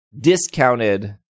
discounted